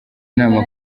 inama